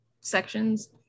sections